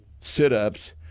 sit-ups